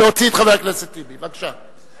להוציא את חבר הכנסת טיבי, בבקשה.